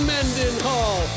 Mendenhall